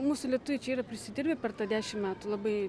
mūsų lietuviai čia yra prisidirbę per tą dešim metų labai